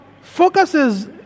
focuses